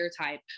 type